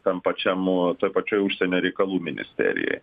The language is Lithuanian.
tam pačiam o toj pačioj užsienio reikalų ministerijoj